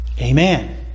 Amen